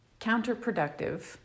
counterproductive